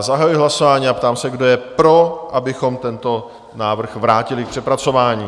Zahajuji hlasování a ptám se, kdo je pro, abychom tento návrh vrátili k přepracování?